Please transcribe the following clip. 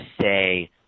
say